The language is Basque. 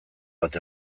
bat